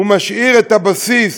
הוא משאיר את הבסיס